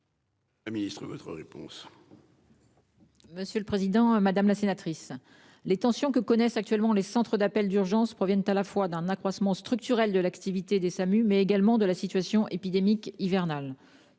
la ministre déléguée. Madame la sénatrice, les tensions que connaissent actuellement les centres d'appels d'urgence proviennent à la fois d'un accroissement structurel de l'activité des Samu, mais également de la situation épidémique hivernale.